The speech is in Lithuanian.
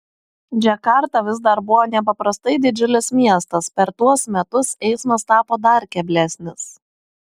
džakarta vis dar buvo nepaprastai didžiulis miestas per tuos metus eismas tapo dar keblesnis